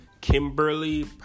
Kimberly